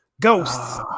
Ghosts